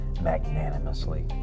magnanimously